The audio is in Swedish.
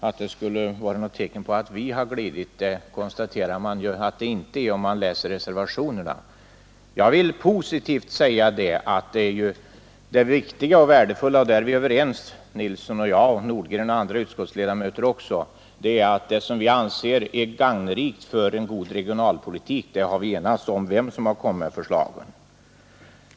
Att det inte är något tecken på att vi har glidit konstaterar man om man läser reservationerna. Jag vill positivt säga att när det gäller det viktiga och värdefulla är herr Nilsson, herr Nordgren och jag och även andra utskottsledamöter från våra partier överens. Det vi anser är gagnerikt för en god regionalpolitik har vi enats om vem som än kommit med förslaget.